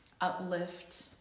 uplift